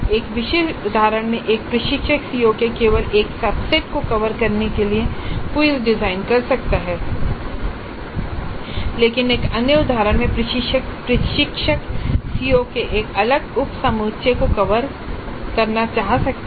एक विशिष्ट उदाहरण में एक प्रशिक्षक सीओ के केवल एक सबसेट को कवर करने के लिए क्विज़ डिज़ाइन कर सकता है लेकिन एक अन्य उदाहरण में प्रशिक्षक सीओ के एक अलग उपसमुच्चय को कवर करना चाह सकता है